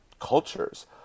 cultures